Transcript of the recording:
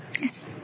Yes